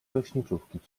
leśniczówki